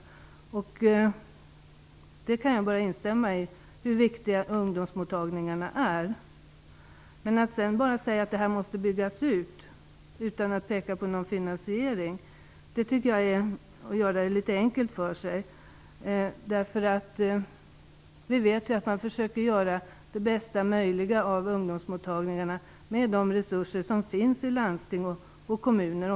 Jag håller verkligen med om att ungdomsmottagningarna är viktiga. Men att bara säga att det behövs en utbyggnad utan att peka på en finansiering tycker jag är att göra det litet enkelt för sig. Vi vet ju att man försöker göra bästa möjliga av ungdomsmottagningarna, med de resurser som finns i landsting och kommuner.